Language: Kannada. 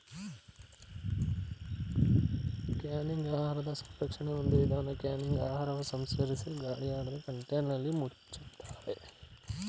ಕ್ಯಾನಿಂಗ್ ಆಹಾರ ಸಂರಕ್ಷಣೆ ಒಂದು ವಿಧಾನ ಕ್ಯಾನಿಂಗ್ಲಿ ಆಹಾರವ ಸಂಸ್ಕರಿಸಿ ಗಾಳಿಯಾಡದ ಕಂಟೇನರ್ನಲ್ಲಿ ಮುಚ್ತಾರೆ